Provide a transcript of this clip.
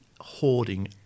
hoarding